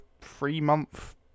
three-month